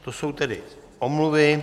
To jsou tedy omluvy.